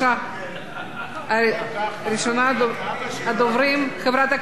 ראשונת הדוברים, חברת הכנסת זהבה גלאון, בבקשה.